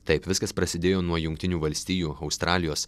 taip viskas prasidėjo nuo jungtinių valstijų australijos